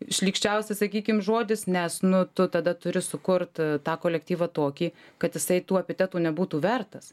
šlykščiausias sakykim žodis nes nu tu tada turi sukurt tą kolektyvą tokį kad jisai tų epitetų nebūtų vertas